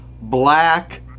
black